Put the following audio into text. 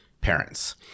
parents